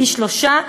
פי-שלושה,